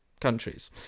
countries